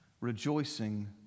Rejoicing